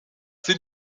sind